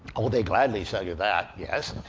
oh, they gladly sell you that, yes.